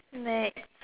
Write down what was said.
next